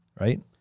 right